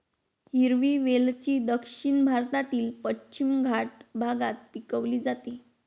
हिरवी वेलची दक्षिण भारतातील पश्चिम घाट भागात पिकवली जाते